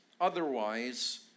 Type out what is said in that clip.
Otherwise